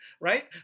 Right